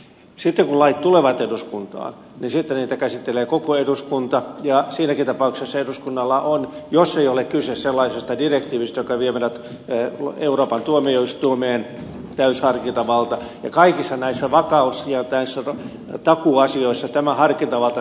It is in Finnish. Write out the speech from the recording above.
sitten kun lait tulevat eduskuntaan sitten niitä käsittelee koko eduskunta ja siinäkin tapauksessa eduskunnalla on jos ei ole kyse sellaisesta direktiivistä joka vie meidät euroopan tuomioistuimeen täysi harkintavalta ja kaikissa näissä vakaus ja takuuasioissa tämä harkintavalta säilyy täällä